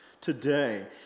today